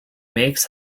makes